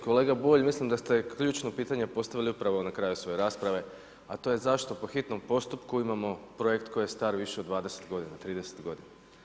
Kolega Bulj, mislim da ste ključno pitanje postavili upravo na kraju svoje rasprave, a to je zašto po hitnom postupku imamo projekt koji je star više od 20 godina, 30 godina.